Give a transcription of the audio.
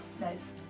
Nice